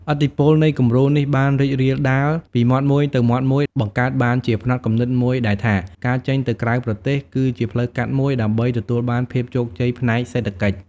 ឥទ្ធិពលនៃ "គំរូ" នេះបានរីករាលដាលពីមាត់មួយទៅមាត់មួយ បង្កើតបានជាផ្នត់គំនិតមួយដែលថា ការចេញទៅក្រៅប្រទេស គឺជាផ្លូវកាត់មួយដើម្បីទទួលបានភាពជោគជ័យផ្នែកសេដ្ឋកិច្ច។